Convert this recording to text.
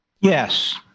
Yes